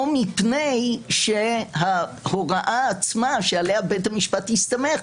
או מפני שההוראה עצמה שעליה בית המשפט הסתמך,